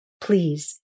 Please